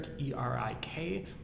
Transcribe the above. E-R-I-K